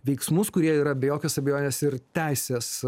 veiksmus kurie yra be jokios abejonės ir teisės